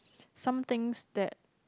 some things that